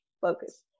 focus